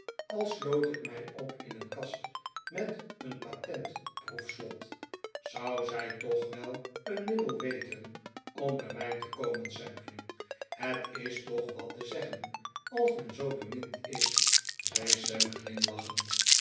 al sloot ik mij op in een kast met een patentproefslot zou zij toch wel een middel weten om bij mij te komen sampje het is toch wat te zeggen als men zoo bemind is zei sam glimlachend